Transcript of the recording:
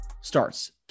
starts